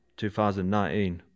2019